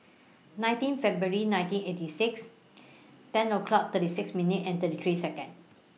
nineteen February nineteen eighty six ten o'clock thirty six minutes and thirty three Seconds